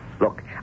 Look